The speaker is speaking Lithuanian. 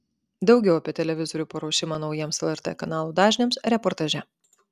daugiau apie televizorių paruošimą naujiems lrt kanalų dažniams reportaže